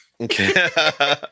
Okay